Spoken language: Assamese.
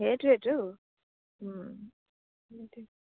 সেইটোৱেইতো